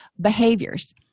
behaviors